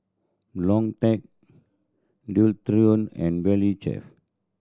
Logitech Dualtron and Valley Chef